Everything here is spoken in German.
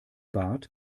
bad